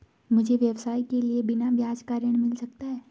मुझे व्यवसाय के लिए बिना ब्याज का ऋण मिल सकता है?